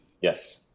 Yes